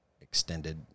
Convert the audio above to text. extended